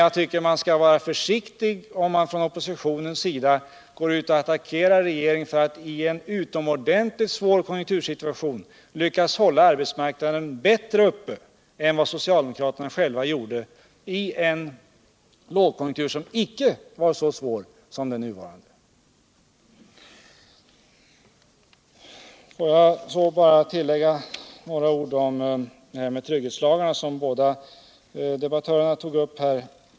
Jag tycker emellertid att oppositionen skall vara försiktig, när den attackerar regeringen fastän regeringen i en utomordentligt svår konjunktursituation lyckats hålla arbetsmarknaden bättre uppe än socialdemokraterna själva förmådde i en 110 lägkonjunktur som inte var så svår som den nuvarande. Får jag tillägga nägra ord om trygghetslagarna. som båda debuttörerna tog upp.